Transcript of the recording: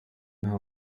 inama